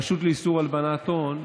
הרשות לאיסור הלבנת הון,